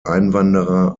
einwanderer